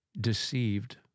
deceived